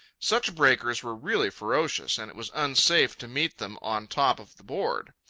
such breakers were really ferocious, and it was unsafe to meet them on top of the board.